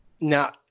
Now